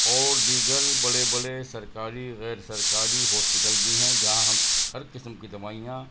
اور دیگر بڑے بڑے سرکاری غیر سرکاری ہاسپٹل بھی ہیں جہاں ہم ہر قسم کی دوائیاں